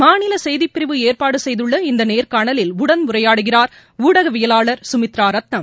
மாநில செய்திப்பிரிவு ஏற்பாடு செய்துள்ள இந்த நேர்காணலில் உடன் உரையாடுகிறார் ஊடகவியலாளர் சுமித்ரா ரத்னம்